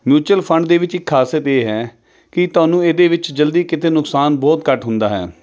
mutual fund ਦੇ ਵਿੱਚ ਇੱਕ ਖਾਸੀਅਤ ਇਹ ਹੈ ਕਿ ਤੁਹਾਨੂੰ ਇਹਦੇ ਵਿੱਚ ਜਲਦੀ ਕਿਤੇ ਨੁਕਸਾਨ ਬਹੁਤ ਘੱਟ ਹੁੰਦਾ ਹੈ